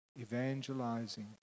evangelizing